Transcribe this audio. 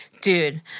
Dude